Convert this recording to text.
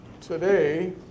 today